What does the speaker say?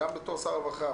גם בתור שר רווחה.